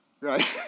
Right